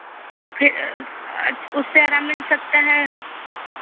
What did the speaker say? फिर अच्छ उससे आराम मिल सकता है